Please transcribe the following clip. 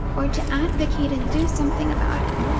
or to advocate and do something about it.